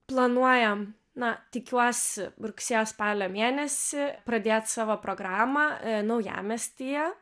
planuojam na tikiuosi rugsėjo spalio mėnesį pradėt savo programą naujamiestyje